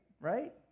right